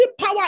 power